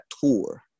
tour